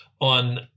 on